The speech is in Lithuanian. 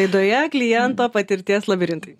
laidoje kliento patirties labirintai